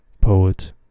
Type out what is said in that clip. poet